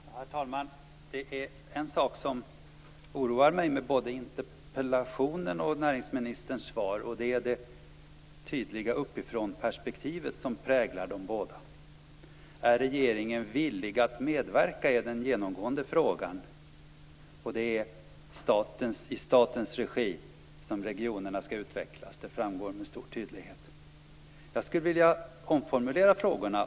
Herr talman! Det är en sak som oroar mig både i interpellationen och i näringsministerns svar. Det är det tydliga uppifrånperspektiv som präglar dem båda. Är regeringen villig att medverka, är den genomgående frågan. Det är i statens regi som regionerna skall utvecklas. Det framgår med stor tydlighet. Jag skulle vilja omformulera frågorna.